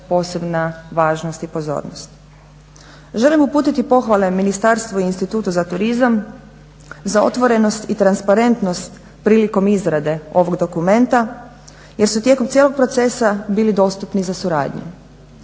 posebna važnost i pozornost. Želim uputiti pohvale Ministarstvu i Institutu za turizam za otvorenost i transparentnost prilikom izrade ovog dokumenta jer su tijekom cijelog procesa bili dostupni za suradnju.